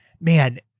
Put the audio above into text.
man